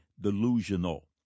delusional